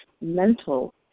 mental